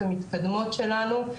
אנחנו מדברים על נושא רעידות האדמה,